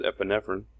epinephrine